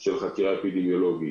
של חקירה אפידמיולוגית.